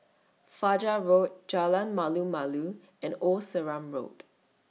Fajar Road Jalan Malu Malu and Old Sarum Road